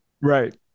Right